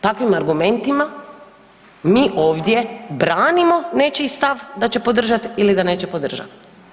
Takvim argumentima mi ovdje branimo nečiji stav da će podržati ili da neće podržati.